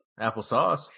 Applesauce